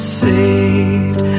saved